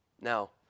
Now